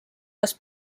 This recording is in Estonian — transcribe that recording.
kas